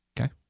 Okay